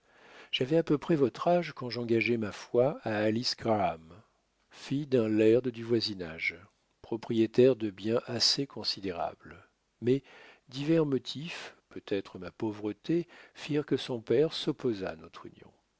j'avais à peu près votre âge quand j'engageai ma foi à alice graham fille d'un laird du voisinage propriétaire de biens assez considérables mais divers motifs peut-être ma pauvreté firent que son père s'opposa à notre union